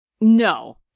No